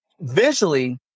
visually